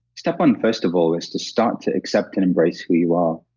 step one, first of all, is to start to accept and embrace who you are.